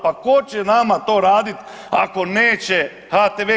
Pa tko će nama to raditi ako neće HTV?